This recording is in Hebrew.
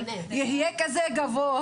יהיה כזה גבוה,